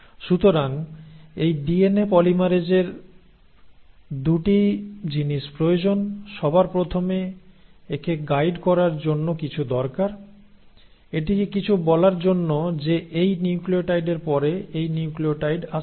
সুতরাং এই ডিএনএ পলিমারেজের 2 টি জিনিস প্রয়োজন সবার প্রথমে একে গাইড করার জন্য কিছু দরকার এটিকে কিছু বলার জন্য যে এই নিউক্লিওটাইডের পরে এই নিউক্লিয়োটাইড আসতে হবে